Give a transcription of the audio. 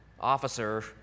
officer